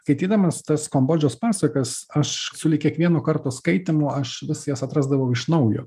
skaitydamas tas kombodžos pasakas aš sulig kiekvienu karto skaitymu aš jas atrasdavau iš naujo